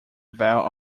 vale